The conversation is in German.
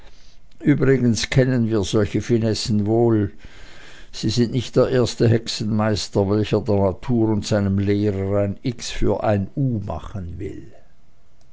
übrigens kennen wir solche finessen wohl sie sind nicht der erste hexenmeister welcher der natur und seinem lehrer ein x für ein u machen will